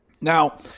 Now